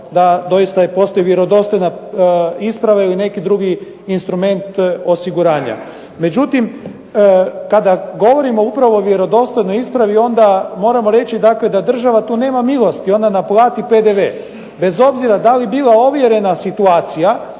da doista postoji vjerodostojna isprava ili neki drugi instrument osiguranja. Međutim, kada govorimo upravo o vjerodostojnoj ispravi onda moramo reći da država tu nema milosti, ona naplati PDV bez obzira da li bila ovjerena situacija